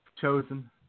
chosen